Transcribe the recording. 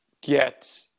get